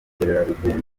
ubukerarugendo